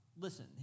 Listen